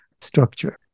structure